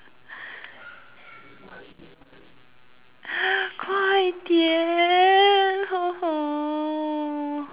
快点